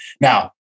now